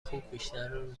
خوب، بیشتر